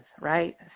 right